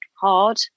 hard